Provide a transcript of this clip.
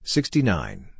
Sixty-nine